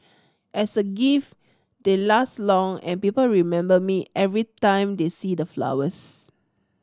as a gift they last long and people remember me every time they see the flowers